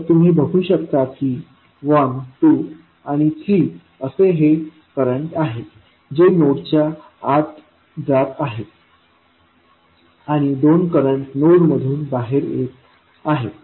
तर तुम्ही बघू शकता की 1 2 आणि 3 असे हे करंट आहेत जे नोडच्या आत जात आहेत आणि दोन करंट नोड मधून बाहेर येत आहेत